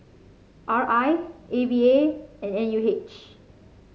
R I A V A and N U H